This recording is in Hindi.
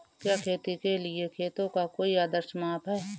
क्या खेती के लिए खेतों का कोई आदर्श माप है?